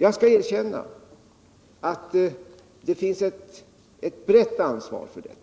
Jag skall erkänna att det finns ett brett ansvar för detta.